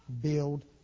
build